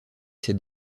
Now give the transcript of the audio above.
c’est